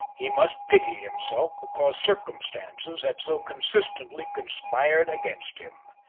he must pity himself because circumstances had so consistently conspired against him.